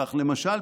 כך למשל,